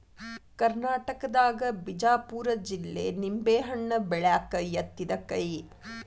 ಕರ್ನಾಟಕದಾಗ ಬಿಜಾಪುರ ಜಿಲ್ಲೆ ನಿಂಬೆಹಣ್ಣ ಬೆಳ್ಯಾಕ ಯತ್ತಿದ ಕೈ